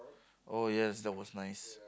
oh yes that was nice